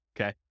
Okay